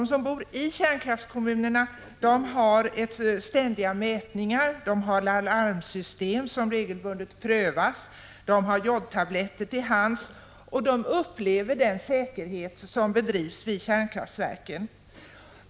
De som bor i kärnkraftskommunerna har ständiga mätningar att lita till, de har alarmsystem som regelbundet prövas, de har jodtabletter till hands, och de upplever det säkerhetsarbete som ständigt bedrivs vid kärnkraftverken.